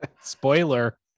Spoiler